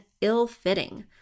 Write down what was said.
ill-fitting